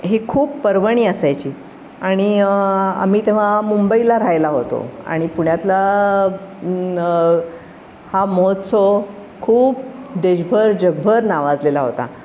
ही खूप पर्वणी असायची आणि आम्ही तेव्हा मुंबईला राहायला होतो आणि पुण्यातला हा महोत्सव खूप देशभर जगभर नावाजलेला होता